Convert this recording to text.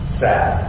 sad